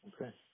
Okay